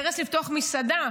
את האינטרס לפתוח מסעדה.